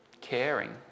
caring